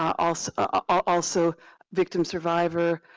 also ah also victim survivor,